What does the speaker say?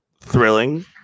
thrilling